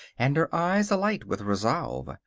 and her eyes alight with resolve.